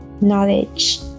knowledge